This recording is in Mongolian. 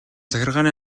захиргааны